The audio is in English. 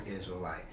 Israelite